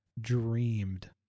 dreamed